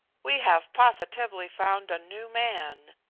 we have positively found a new man.